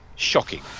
Shocking